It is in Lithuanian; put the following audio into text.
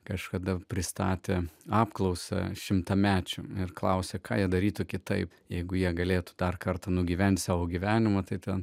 kažkada pristatė apklausą šimtamečių ir klausė ką jie darytų kitaip jeigu jie galėtų dar kartą nugyventi savo gyvenimą tai ten